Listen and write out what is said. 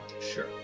sure